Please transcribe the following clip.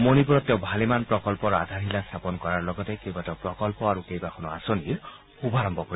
মণিপুৰত তেওঁ ভালেমান প্ৰকল্পৰ আধাৰশিলা স্থাপন কৰাৰ লগতে কেইবাটাও প্ৰকল্প আৰু আঁচনিৰ শুভাৰম্ভ কৰিব